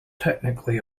technically